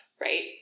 right